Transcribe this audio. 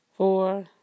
Four